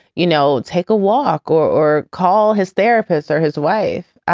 you know, take a walk or or call his therapist or his wife,